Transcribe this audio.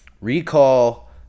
recall